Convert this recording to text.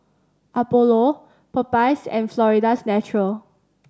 Apollo Popeyes and Florida's Natural